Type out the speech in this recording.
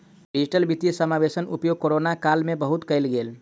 digital वित्तीय समावेशक उपयोग कोरोना काल में बहुत कयल गेल